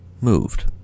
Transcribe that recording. moved